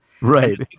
Right